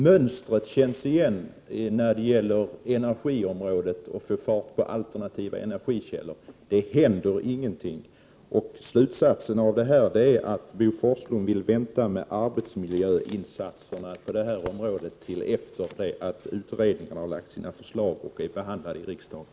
Mönstret känns igen från energiområdet och försöken att få fart på alternativa energikällor: det händer ingenting. Slutsatsen är att Bo Forslund vill vänta med arbetsmiljöinsatserna på detta område till efter det att utredningen har lagt fram sina förslag och dessa har behandlats i riksdagen.